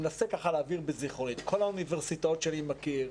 אני מנסה להעביר בזיכרוני את כל האוניברסיטאות שאני מכיר,